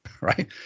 Right